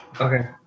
Okay